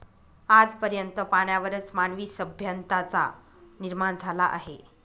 आज पर्यंत पाण्यावरच मानवी सभ्यतांचा निर्माण झाला आहे